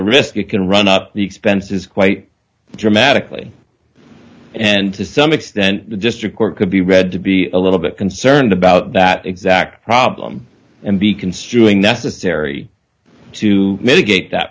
risk you can run up the expenses quite dramatically and to some extent the district court could be read to be a little bit concerned about that exact problem and be construing necessary to mitigate that